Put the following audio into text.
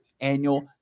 annual